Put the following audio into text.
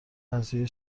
قضیه